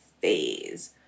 phase